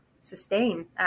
sustain